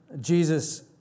Jesus